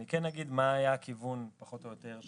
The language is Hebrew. אני כן אגיד מה היה הכיוון, פחות או יותר,